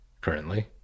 currently